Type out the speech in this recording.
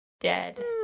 dead